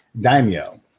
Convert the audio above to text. daimyo